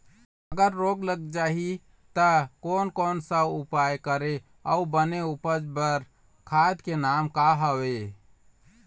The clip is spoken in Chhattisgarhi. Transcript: अगर रोग लग जाही ता कोन कौन सा उपाय करें अउ बने उपज बार खाद के नाम का हवे?